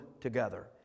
together